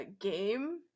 game